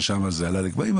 ששם זה עלה לגבהים,